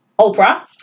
oprah